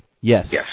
Yes